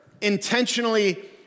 intentionally